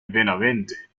benavente